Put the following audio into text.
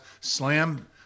slam